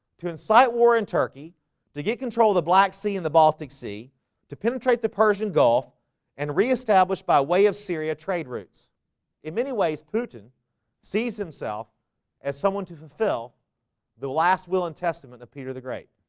to incite war in turkey to get control of the black sea in the baltic sea to penetrate the persian gulf and reestablished by way of syria trade routes in many ways putin sees himself as someone to fulfill the last will and testament of peter the great